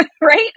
right